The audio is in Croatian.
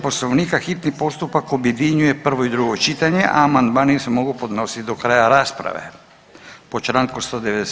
Poslovnika hitni postupak objedinjuje prvo i drugo čitanje, a amandmani se mogu podnositi do kraja rasprave po Članku 197.